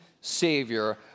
savior